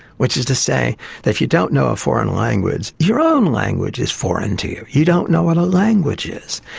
which is to say that if you don't know a foreign language, your own language is foreign to you, you don't know what a language is.